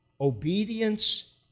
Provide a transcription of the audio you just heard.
obedience